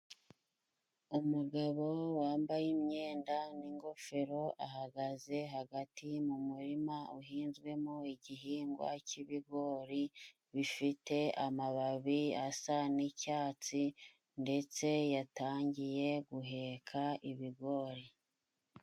Umugabo wambaye imyenda n'ingofero, ahagaze hagati mu murima uhinzwemo igihingwa k'ibigori. Bifite amababi asa n'icyatsi ndetse yatangiye guheka ibigori.